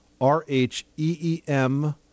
R-H-E-E-M